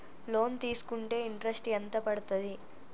Loan తీస్కుంటే interest ఎంత పడ్తది?